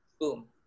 Boom